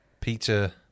Peter